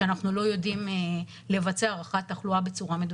שאנחנו לא יודעים לבצע הערכת תחלואה בצורה מדויקת.